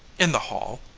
in the hall.